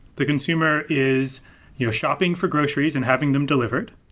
the consumer is you know shopping for groceries and having them delivered,